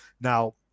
Now